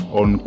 on